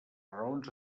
raons